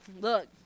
look